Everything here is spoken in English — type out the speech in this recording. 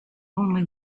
only